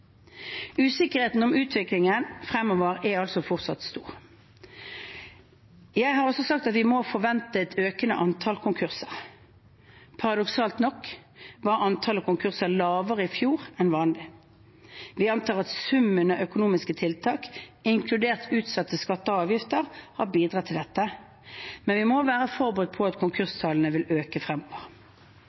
Usikkerheten om utviklingen fremover er altså fortsatt stor. Jeg har også sagt at vi må forvente et økende antall konkurser. Paradoksalt nok var antallet konkurser lavere enn vanlig i fjor. Vi antar at summen av økonomiske tiltak, inkludert utsatte skatter og avgifter, har bidratt til dette, men vi må være forberedt på at konkurstallet vil øke fremover.